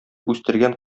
үстергән